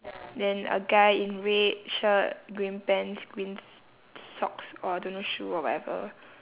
then a guy in red shirt green pants green s~ socks or don't know shoe or whatever